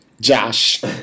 Josh